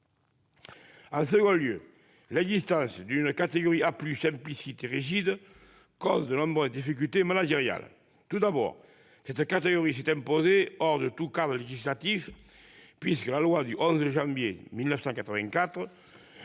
En second lieu, l'existence d'une catégorie A+ implicite et rigide cause de nombreuses difficultés managériales. Tout d'abord, cette catégorie s'est imposée hors de tout cadre législatif, puisque la loi du 11 janvier 1984